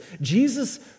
Jesus